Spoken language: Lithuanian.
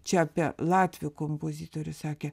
čia apie latvių kompozitorius sakė